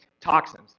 toxins